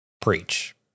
Preach